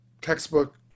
textbook